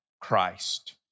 Christ